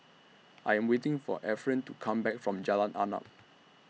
I Am waiting For Ephraim to Come Back from Jalan Arnap